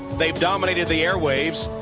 they dominated the airwaves,